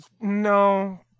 No